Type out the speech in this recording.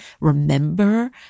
remember